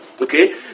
okay